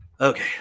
Okay